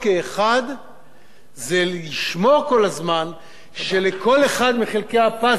זה לשמור כל הזמן שלכל אחד מחלקי הפאזל יש מקום,